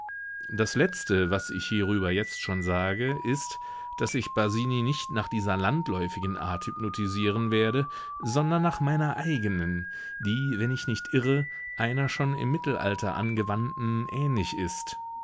das letzte was ich hierüber jetzt schon sage ist daß ich basini nicht nach dieser landläufigen art hypnotisieren werde sondern nach meiner eigenen die wenn ich nicht irre einer schon im mittelalter angewandten ähnlich ist